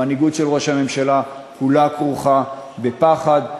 המנהיגות של ראש הממשלה כולה כרוכה בפחד,